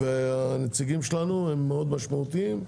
והנציגים שלנו, הם מאוד משמעותיים.